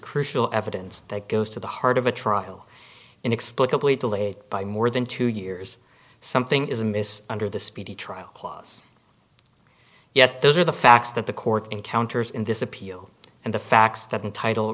crucial evidence that goes to the heart of a trial inexplicably delayed by more than two years something is amiss under the speedy trial clause yet those are the facts that the court encounters in this appeal and the facts that entitle